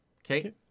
Okay